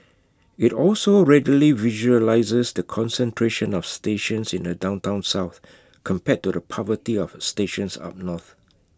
IT also readily visualises the concentration of stations in the downtown south compared to the poverty of stations up north